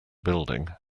building